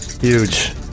huge